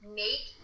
make